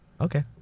okay